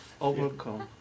Overcome